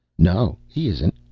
no, he isn't.